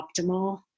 optimal